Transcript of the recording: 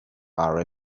are